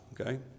okay